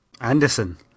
Anderson